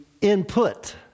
input